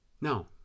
no